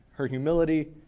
her humility,